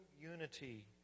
unity